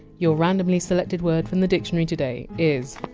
your randomly selected word from the dictionary today is!